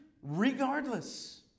regardless